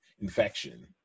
infection